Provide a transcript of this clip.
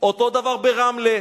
אותו דבר ברמלה.